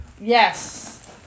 Yes